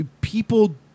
people